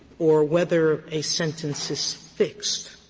or whether a sentence is fixed